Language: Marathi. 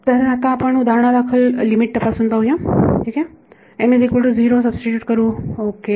तर आता आपण उदाहरणादाखल लिमिट तपासून पाहूया सबस्टीट्यूट करू ओके